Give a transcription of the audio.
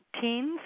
teens